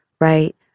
right